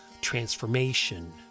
transformation